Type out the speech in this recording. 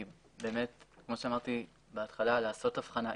כמו שאמרתי בהתחלה, לעשות הבחנה.